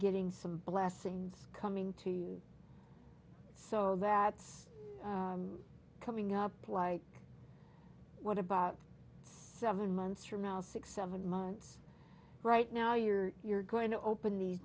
getting some blessings coming to you so that's coming up like what about seven months from now six seven months right now you're going to open the